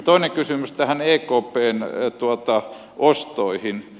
toinen kysymys näihin ekpn ostoihin